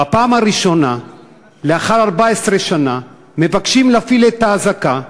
בפעם הראשונה לאחר 14 שנה מבקשים להפעיל את האזעקה,